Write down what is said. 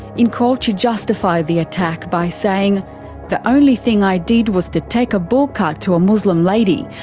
in court she justified the attack by saying the only thing i did was to take a bull cut to a muslim lady,